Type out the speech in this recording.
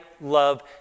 love